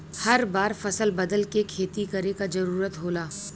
हर बार फसल बदल के खेती करे क जरुरत होला